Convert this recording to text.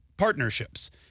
partnerships